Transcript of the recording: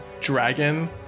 dragon